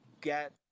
get